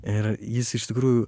ir jis iš tikrųjų